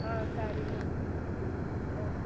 ஆ சரிங்க ஆ